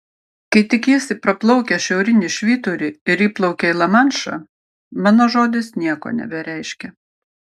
kai tik jis praplaukia šiaurinį švyturį ir įplaukia į lamanšą mano žodis nieko nebereiškia